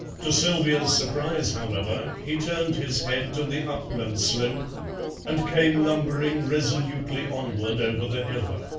to sylvia's surprise, however, he turned his head to the upland slope and came lumbering resolutely onward over the heather.